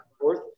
fourth